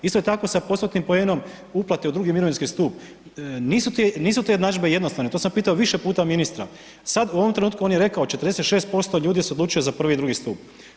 Isto tako, sa postotnim poenom uplate u II. mirovinski stup, nisu te jednadžbe jednostavne, top sam pitao više puta ministra, sad u ovom trenutku on je rekao, 46% ljudi se odlučuje za I. i II. stup.